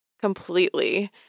completely